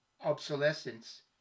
obsolescence